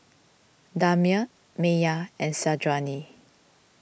Damia Maya and Syazwani